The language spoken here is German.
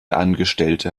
angestellte